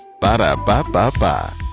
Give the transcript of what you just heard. Ba-da-ba-ba-ba